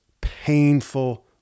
painful